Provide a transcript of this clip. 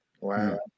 Wow